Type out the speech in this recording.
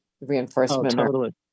reinforcement